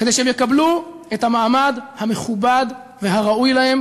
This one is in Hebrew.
כדי שהם יקבלו את המעמד המכובד והראוי להם